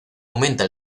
aumenta